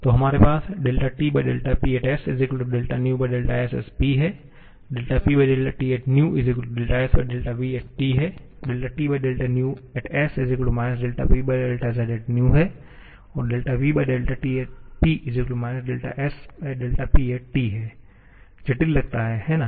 तो हमारे पास TPsvsP PTvsvT Tvs Psv vTP sPT जटिल लगता है है ना